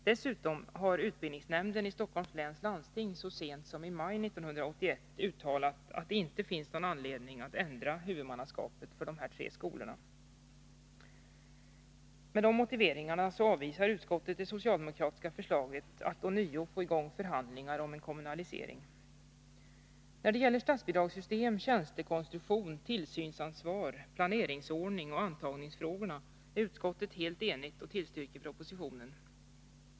Dessutom har utbildningsnämnden i Stockholms läns landsting så sent som i maj 1981 uttalat att det inte finns anledning att ändra huvudmannaskapet för dessa tre skolor. Med de motiveringarna avvisar utskottet det socialdemokratiska förslaget att ånyo få i gång förhandlingar om en kommunalisering. När det gäller statsbidragssystem, tjänstekonstruktion, tillsynsansvar, planeringsordning och antagningsfrågor är utskottet helt enigt och tillstyrker propositionen.